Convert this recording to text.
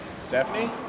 Stephanie